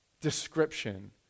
description